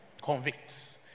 Convicts